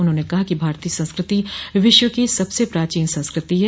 उन्होंने कहा कि भारतीय संस्कृति विश्व की सबसे प्राचीन संस्कृति है